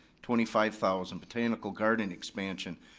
twenty five thousand. botanical garden expansion,